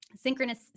Synchronous